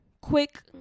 quick